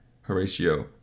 Horatio